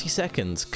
seconds